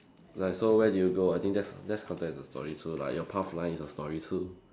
like so where did you go I think that's that's counted as a story too lah your path line is a story too